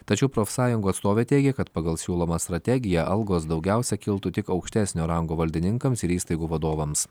tačiau profsąjungų atstovė teigia kad pagal siūlomą strategiją algos daugiausia kiltų tik aukštesnio rango valdininkams ir įstaigų vadovams